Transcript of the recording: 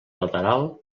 lateral